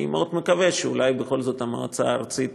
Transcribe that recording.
אני מאוד מקווה שאולי בכל זאת המועצה הארצית